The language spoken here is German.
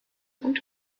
und